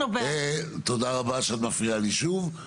תודה רבה שאת מפריעה לי שוב,